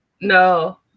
No